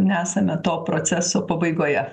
nesame to proceso pabaigoje